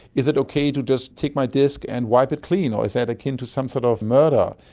is it okay to just take my disk and wipe it clean or is that akin to some sort of murder?